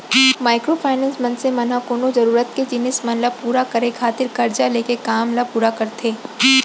micro finance, मनसे मन ह कोनो जरुरत के जिनिस मन ल पुरा करे खातिर करजा लेके काम ल पुरा करथे